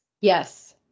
Yes